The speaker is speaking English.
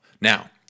Now